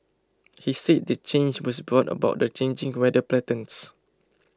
he said the change was brought about the changing weather patterns